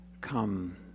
come